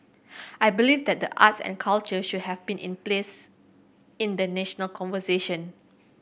I believe that the arts and culture should have been in place in the national conversation